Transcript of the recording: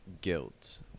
guilt